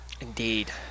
Indeed